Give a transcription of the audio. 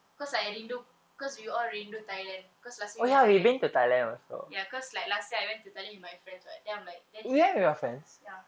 cause I rindu cause we all rindu thailand because last year you went thailand ya cause like last year I went to thailand with my friends right then I'm like then he ya